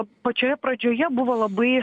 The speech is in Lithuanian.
pačioje pradžioje buvo labai